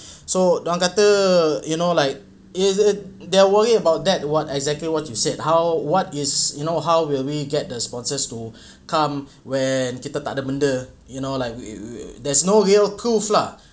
so dia orang kata you know like is it they worry about that what exactly what you said how what is you know how will we get the sponsors to come when kita takde benda you know like you you there's no real cove lah